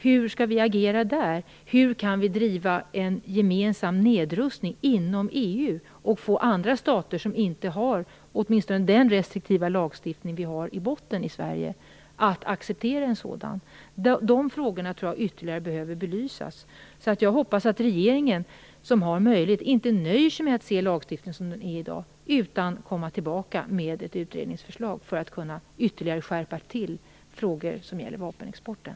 Hur skall vi agera där? Hur kan vi driva en gemensam nedrustning inom EU och få andra stater, som inte har den restriktiva lagstiftning som vi åtminstone har i botten i Sverige, att acceptera en sådan? De frågorna behöver belysas ytterligare. Jag hoppas att regeringen inte nöjer sig med att se lagstiftningen som den är i dag, utan kommer tillbaka med ett utredningsförslag för att ytterligare skärpa frågor som gäller vapenexporten.